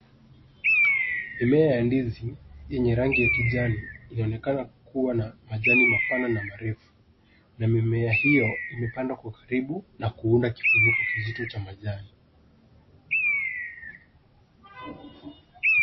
Mimea ya ndizi yenye rangi ya kijani, inaonekana kua na majani mapana na marefu, na mimea hio imepandwa kwa karibu na kuunda kifuniko kizito cha majani.